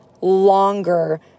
longer